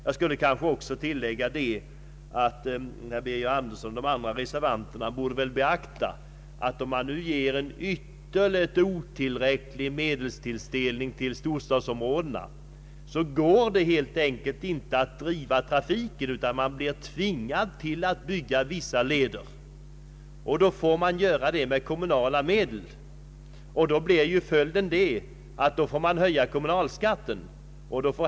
Jag skulle kanske tillägga att herr Birger Andersson och hans medreservanter borde beakta att om vi ger en ytterligt otillräcklig medelstilldelning till storstadsområdena går det helt enkelt inte att klara trafiken där, utan man blir tvingad att bygga vissa trafikleder med kommunala medel. Följden därav blir en höjd kommunalskatt.